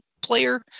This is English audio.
player